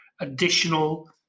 additional